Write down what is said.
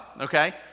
okay